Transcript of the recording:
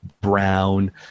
brown